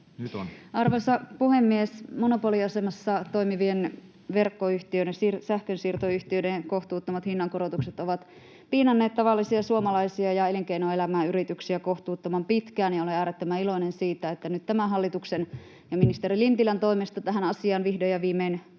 Arvoisa puhemies! Monopoliasemassa toimivien verkkoyhtiöiden, sähkönsiirtoyhtiöiden, kohtuuttomat hinnankorotukset ovat piinanneet tavallisia suomalaisia ja elinkeinoelämää ja yrityksiä kohtuuttoman pitkään, ja olen äärettömän iloinen siitä, että nyt tämän hallituksen ja ministeri Lintilän toimesta tähän asiaan vihdoin ja viimein